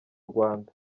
rwanda